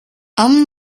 i’m